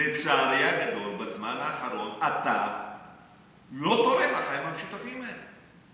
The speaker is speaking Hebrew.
לצערי הגדול בזמן האחרון אתה לא תורם לחיים המשותפים האלה.